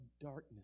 darkness